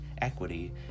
equity